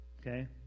okay